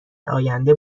آینده